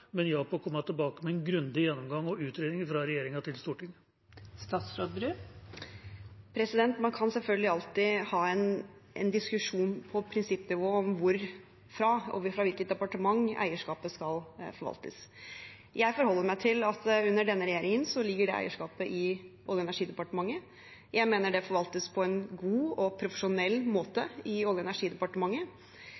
men ja til å komme tilbake med en grundig gjennomgang og utredning fra regjeringa til Stortinget. Man kan selvfølgelig alltid ha en diskusjon på prinsippnivå om hvilket departement eierskapet skal forvaltes fra. Jeg forholder meg til at under denne regjeringen ligger det eierskapet i Olje- og energidepartementet. Jeg mener det forvaltes på en god og profesjonell måte